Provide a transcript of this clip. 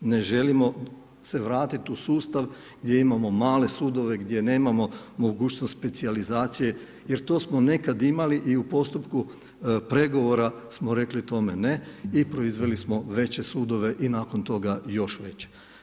Ne želimo se vratiti u sustav gdje imamo male sudove, gdje nemamo mogućnost specijalizacije jer to smo nekada imali i u postupku pregovora smo rekli tome ne i proizveli smo veće sudove i nakon toga još veće.